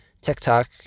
TikTok